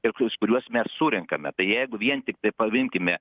ir kus kuriuos mes surenkame tai jeigu vien tiktai pavinkime